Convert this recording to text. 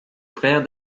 frère